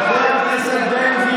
חברת הכנסת סטרוק,